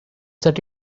set